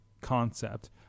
concept